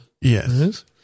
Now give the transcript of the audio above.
Yes